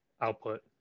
output